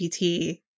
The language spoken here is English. GPT